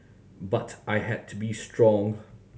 but I had to be strong